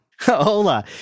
Hola